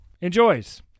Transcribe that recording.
enjoys